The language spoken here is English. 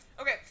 Okay